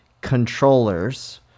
controllers